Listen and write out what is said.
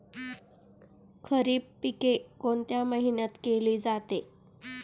खरीप पिके कोणत्या महिन्यात केली जाते?